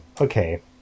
Okay